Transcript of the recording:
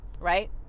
right